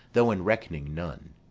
though in reck'ning none.